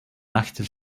active